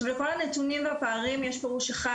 לכל הנתונים והפערים יש פירוש אחד,